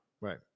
Right